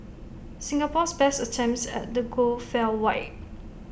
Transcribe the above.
Singapore's best attempts at the goal fell wide